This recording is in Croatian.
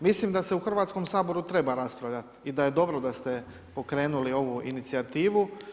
Mislim da se u Hrvatskom saboru treba raspravljati i da je dobro da ste pokrenuli ovu inicijativu.